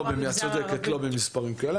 את צודקת, לא במספרים כאלה.